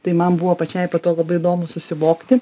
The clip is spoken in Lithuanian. tai man buvo pačiai po to labai įdomu susivokti